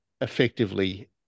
effectively